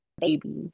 baby